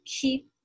Keep